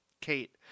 Kate